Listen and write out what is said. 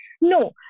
No